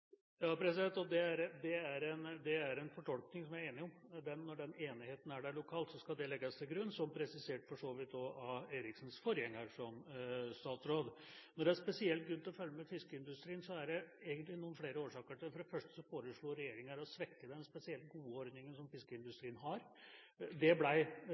Det er en fortolkning vi er enige om. Når den enigheten er der lokalt, skal det legges til grunn, som det for så vidt òg ble presisert av Erikssons forgjenger som statsråd. Når det er spesielt grunn til å følge med på fiskeindustrien, er det egentlig noen flere årsaker til det. For det første foreslo regjeringa å svekke den spesielt gode ordninga som fiskeindustrien har. Det